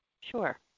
Sure